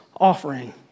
offering